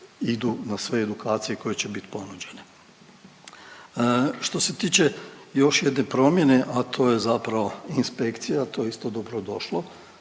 idu na sve edukacije koje će bit ponuđene. Što se tiče još jedne promjene, a to je zapravo inspekcija, to je isto dobro došlo,